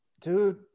Dude